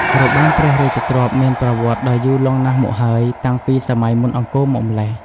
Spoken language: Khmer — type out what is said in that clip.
របាំព្រះរាជទ្រព្យមានប្រវត្តិដ៏យូរលង់ណាស់មកហើយ តាំងពីសម័យមុនអង្គរមកម្ល៉េះ។